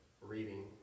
reading